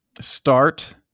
start